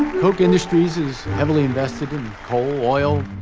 koch industries is heavily invested in coal, oil,